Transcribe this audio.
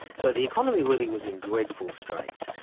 so the economy really was in dreadful straits.